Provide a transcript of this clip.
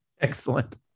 excellent